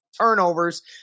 turnovers